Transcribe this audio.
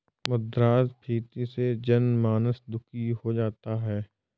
मुद्रास्फीति से जनमानस दुखी हो जाता है